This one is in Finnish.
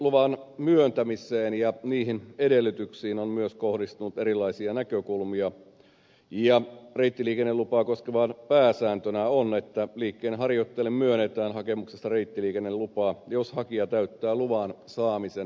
reittiliikenneluvan myöntämiseen ja niihin edellytyksiin on myös kohdistunut erilaisia näkökulmia ja reittiliikennelupaa koskevana pääsääntönä on että liikkeenharjoittajalle myönnetään hakemuksesta reittiliikennelupa jos hakija täyttää luvan saamisen edellytykset